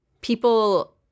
People